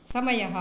समयः